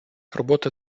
робота